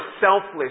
selfless